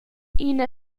ina